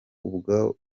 ubwo